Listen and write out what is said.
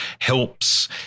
helps